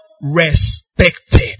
respected